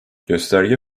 gösterge